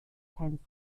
kein